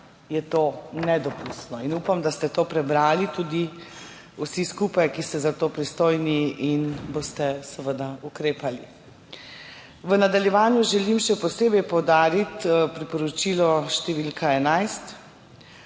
je to nedopustno, in upam, da ste to prebrali tudi vsi skupaj, ki ste za to pristojni, in boste seveda ukrepali. V nadaljevanju želim še posebej poudariti priporočilo številka 11.